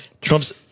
Trump's